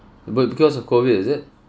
but because of COVID is it